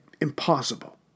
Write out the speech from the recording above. impossible